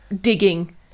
digging